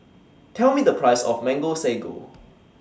Tell Me The Price of Mango Sago